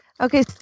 Okay